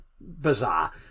bizarre